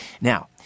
Now